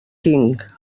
tinc